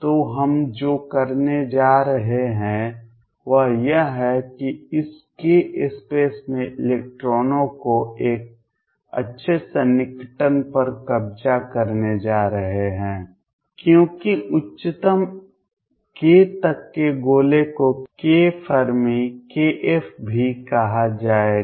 तो हम जो करने जा रहे हैं वह यह है कि इस k स्पेस में इलेक्ट्रॉनों को एक अच्छे सन्निकटन पर कब्जा करने जा रहे हैं क्योंकि उच्चतम k तक के गोले को k फर्मी भी कहा जाएगा